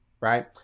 right